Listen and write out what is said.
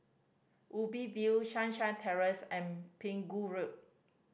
Ubi View Sunshine Terrace and Pegu Road